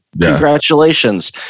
Congratulations